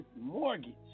mortgage